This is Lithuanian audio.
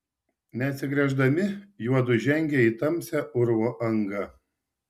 neatsigręždami juodu žengė į tamsią urvo angą